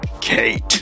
Kate